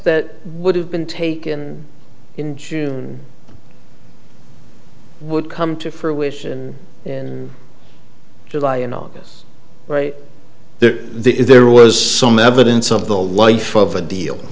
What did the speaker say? that would have been taken in june would come to fruition in july and august right there if there was some evidence of the life of a